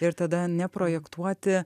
ir tada neprojektuoti